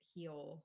heal